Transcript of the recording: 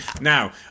Now